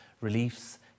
reliefs